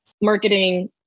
marketing